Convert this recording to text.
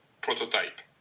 prototype